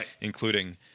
including